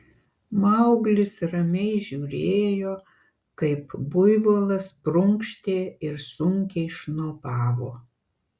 mauglis ramiai žiūrėjo kaip buivolas prunkštė ir sunkiai šnopavo